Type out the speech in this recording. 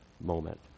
moment